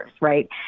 Right